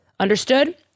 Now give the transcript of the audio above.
Understood